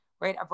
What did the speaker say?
right